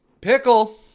pickle